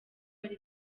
ari